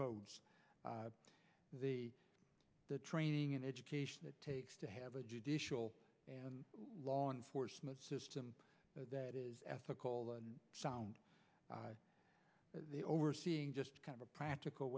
roads the training and education it takes to have a judicial and law enforcement system that is ethical and sound the overseeing just kind of a practical